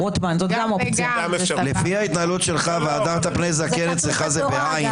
לפי ההתנהלות שלך "והדרת פני זקן" אצלך זה ב-ע'.